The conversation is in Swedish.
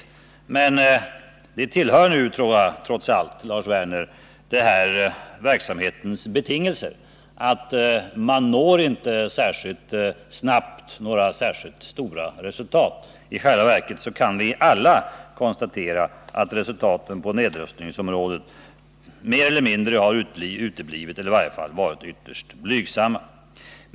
Men det tillhör trots allt, Lars Werner, den här verksamhetens betingelser att man inte särskilt snabbt når några stora resultat. I själva verket kan vi alla konstatera att resultaten på nedrustningsområdet mer eller mindre uteblivit eller i varje fall varit ytterst blygsamma.